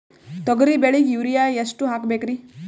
ತೊಗರಿ ಬೆಳಿಗ ಯೂರಿಯಎಷ್ಟು ಹಾಕಬೇಕರಿ?